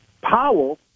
Powell